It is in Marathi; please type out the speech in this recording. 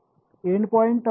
एंडपॉईंट टर्म आहे